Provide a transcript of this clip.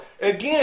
Again